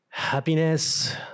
Happiness